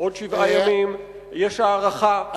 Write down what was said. עוד שבעה ימים יש הארכה,